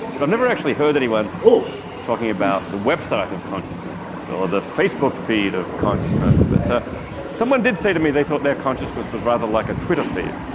but i've never actually heard anyone talking about the website of consciousness or the facebook feed of consciousness. but someone did say to me they thought their consciousness was rather like a twitter feed.